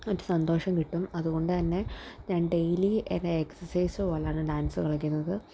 ഒരു സന്തോഷം കിട്ടും അതുകൊണ്ടുതന്നെ ഞാൻ ഡെയിലി ഏതാ എക്സസൈസോ അല്ലാണ്ട് ഡാൻസോ കളിക്കുന്നത്